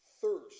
thirst